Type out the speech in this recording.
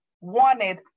wanted